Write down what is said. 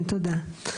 תודה.